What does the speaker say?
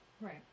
Right